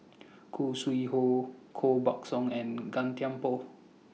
Khoo Sui Hoe Koh Buck Song and Gan Thiam Poh